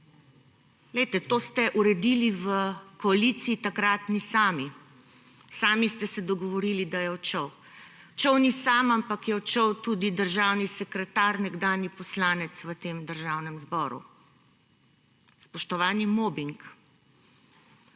To ste uredili v takratni koaliciji sami. Sami ste se dogovorili, da je odšel. Odšel ni sam, ampak je odšel tudi državni sekretar, nekdanji poslanec v Državnem zboru. Spoštovani, mobing